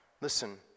Listen